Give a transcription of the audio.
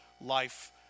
life